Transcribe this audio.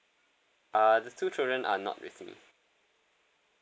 uh the two children are not with me